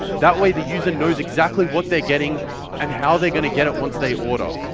that way the user knows exactly what they're getting and how they're going to get it once they order.